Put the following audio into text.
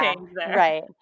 right